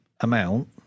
amount